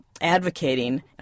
advocating